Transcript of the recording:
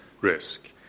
risk